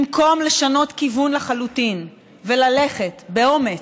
במקום לשנות כיוון לחלוטין וללכת באומץ,